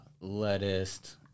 lettuce